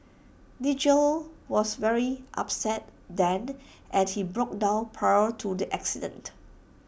Nigel was very upset then and he broke down prior to the accident